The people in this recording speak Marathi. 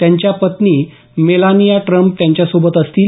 त्यांच्या पत्नी मेलानिया ट्रंप त्यांच्यासोबत असतील